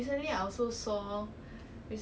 I never talk to any of them